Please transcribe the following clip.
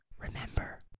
Remember